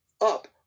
up